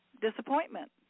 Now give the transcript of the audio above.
disappointment